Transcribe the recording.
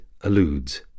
alludes